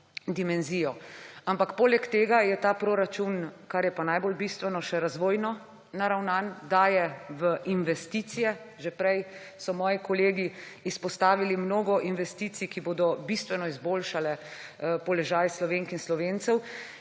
dimenzijo. Poleg tega je ta proračun, kar je pa najbolj bistveno, še razvojno naravnan, daje v investicije – že prej so moji kolegi izpostavili mnogo investicij, ki bodo bistveno izboljšale položaj Slovenk in Slovencev